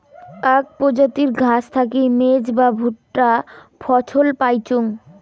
আক প্রজাতির ঘাস থাকি মেজ বা ভুট্টা ফছল পাইচুঙ